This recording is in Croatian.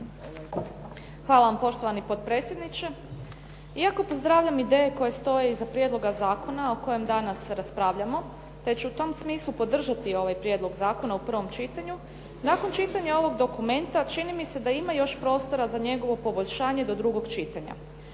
Hvala vam poštovani potpredsjedniče. Iako pozdravljam ideje koje stoje iza prijedloga zakona o kojem danas raspravljamo, te ću u tom smislu podržati ovaj prijedlog zakona u prvom čitanju. Nakon čitanja ovog dokumenta čini mi se da ima još prostora za njegovo poboljšanje do drugog čitanja.